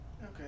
okay